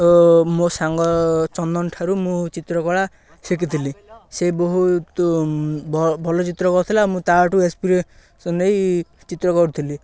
ଓ ମୋ ସାଙ୍ଗ ଚନ୍ଦନ ଠାରୁ ମୁଁ ଚିତ୍ରକଳା ଶିଖିଥିଲି ସେ ବହୁତ ଭଲ ଚିତ୍ର କରିଥିଲା ମୁଁ ତା'ଠୁ ଏକ୍ସପିରିଏନ୍ସ ନେଇ ଚିତ୍ର କରୁଥିଲି